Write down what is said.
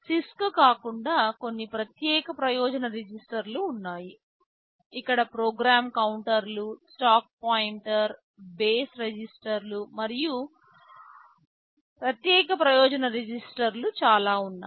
CISC కాకుండా కొన్ని ప్రత్యేక ప్రయోజన రిజిస్టర్లు ఉన్నాయి ఇక్కడ ప్రోగ్రామ్ కౌంటర్లు స్టాక్ పాయింటర్ బేస్ రిజిస్టర్లు మరియు వంటి ప్రత్యేక ప్రయోజన రిజిస్టర్లు చాలా ఉన్నాయి